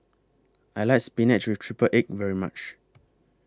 I like Spinach with Triple Egg very much